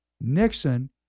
Nixon